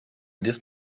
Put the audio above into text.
this